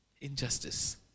Injustice